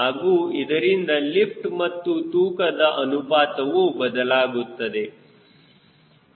ಹಾಗೂ ಇದರಿಂದ ಲಿಫ್ಟ್ ಮತ್ತು ತೂಕದ ಅನುಪಾತವು ಬದಲಾಗಬಹುದು